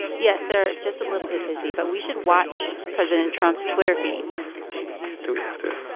yes, they're just a little bit busy. but we should watch president trump's twitter feed do we have to?